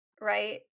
right